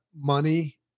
money